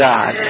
God